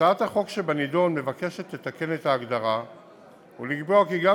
הצעת החוק שבנדון מבקשת לתקן את ההגדרה ולקבוע כי גם